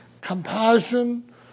compassion